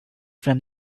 from